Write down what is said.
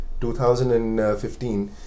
2015